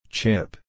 Chip